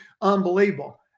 unbelievable